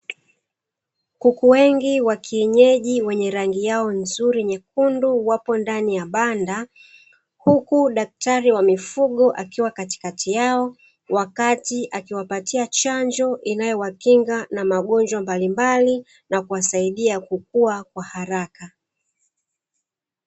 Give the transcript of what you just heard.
Kuku wengi wa kienyeji wenye rangi yao nzuri nyekundu, wapo ndani ya banda, huku daktari wa mifugo akiwa katikati yao wakati akiwapatia chanjo inayowakinga na magonjwa mbalimbali, na kuwasaidia kukua kwa haraka.